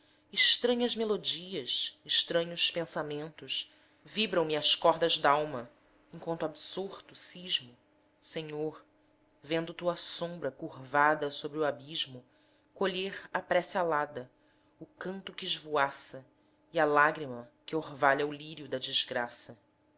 estranhas melodias estranhos pensamentos vibram me as cordas d'alma enquanto absorto cismo senhor vendo tua sombra curvada sobre o abismo colher a prece alada o canto que esvoaça e a lágrima que orvalha o lírio da desgraça